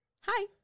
hi